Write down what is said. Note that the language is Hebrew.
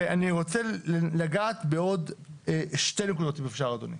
אני רוצה לגעת בעוד שתי נקודות, אם אפשר אדוני.